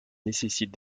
nécessite